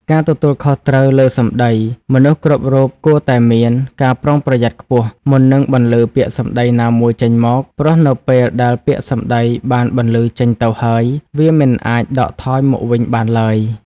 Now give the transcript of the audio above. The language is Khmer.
ការទទួលខុសត្រូវលើសម្ដី: មនុស្សគ្រប់រូបគួរតែមាន ការប្រុងប្រយ័ត្នខ្ពស់ មុននឹងបន្លឺពាក្យសម្ដីណាមួយចេញមក ព្រោះនៅពេលដែលពាក្យសម្ដីបានបន្លឺចេញទៅហើយ វាមិនអាចដកថយមកវិញបានឡើយ។